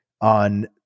on